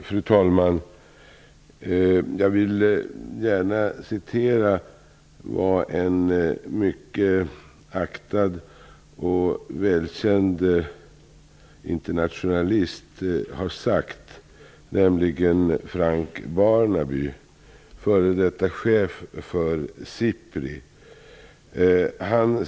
Fru talman! Jag vill gärna citera en mycket aktad och välkänd internationalist, nämligen Frank Barnaby, f.d. chef för Sipri.